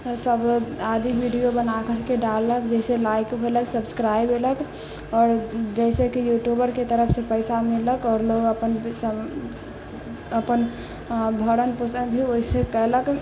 सब आदमी वीडियो बना करके डाललक जैसे लाइक भेलक सब्स्क्राइब भेलक आओर जैसे की यूट्यूबरके तरफ से पैसा मिललक आओर लोग अपन पैसा अपन भरण पोषण भी वैसे कैलक